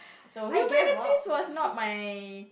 so humanity was not my